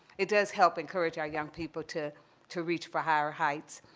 it does help encourage our young people to to reach for higher heights.